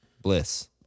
bliss